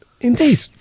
Indeed